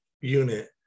unit